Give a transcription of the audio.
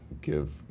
give